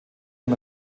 dem